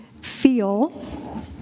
feel